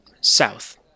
south